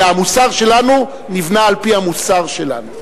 אלא המוסר שלנו נבנה על-פי המוסר שלנו.